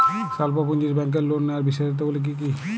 স্বল্প পুঁজির ব্যাংকের লোন নেওয়ার বিশেষত্বগুলি কী কী?